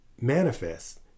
manifest